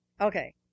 okay